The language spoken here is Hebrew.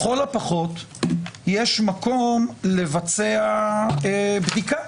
לכל הפחות יש מקום לבצע בדיקה.